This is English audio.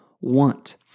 want